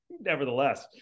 nevertheless